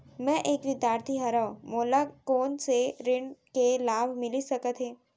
मैं एक विद्यार्थी हरव, मोला कोन से ऋण के लाभ मिलिस सकत हे?